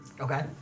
Okay